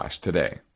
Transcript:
today